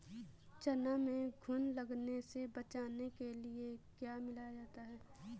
चना में घुन लगने से बचाने के लिए क्या मिलाया जाता है?